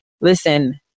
Listen